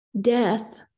death